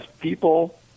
people